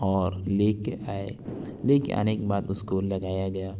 اور لے کے آئے لے کے آنے کے بعد اس کو لگایا گیا